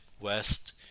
West